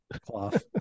cloth